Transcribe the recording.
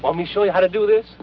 on me show you how to do this